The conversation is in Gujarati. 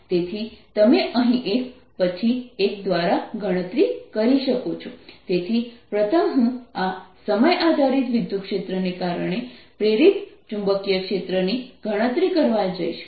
તેથી તમે અહીં એક પછી એક દ્વારા ગણતરી કરી શકો છો તેથી પ્રથમ હું આ સમય આધારિત વિદ્યુતક્ષેત્ર ને કારણે પ્રેરિત ચુંબકીય ક્ષેત્રની ગણતરી કરવા જઈશ